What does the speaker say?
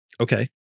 okay